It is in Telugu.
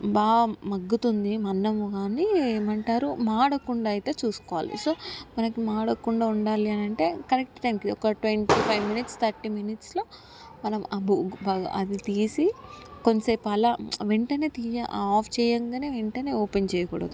బాగా మగ్గుతుంది మన్నము కాని ఏమంటారు మాడకుండయితే చూసుకోవాలి సో మనకి మాడకుండా ఉండాలంటే కరెక్ట్ టైంకి ఒక ట్వంటీ ఫైవ్ మినిట్స్ థర్టీ మినిట్స్లో మనం ఆ అది తీసి కొద్దిసేపు అలా వెంటనే తీయ ఆఫ్ చేయగానే వెంటనే ఓపెన్ చేయకూడదు